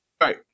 Right